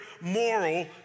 moral